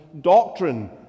doctrine